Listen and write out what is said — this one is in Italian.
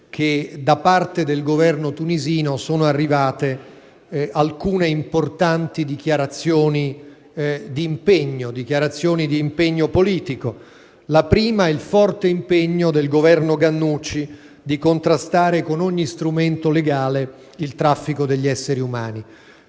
che da parte del Governo tunisino sono arrivate alcune importanti dichiarazioni di impegno politico: la prima è il forte impegno del Governo Ghannouchi a contrastare con ogni strumento legale il traffico degli esseri umani.